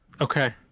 okay